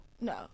No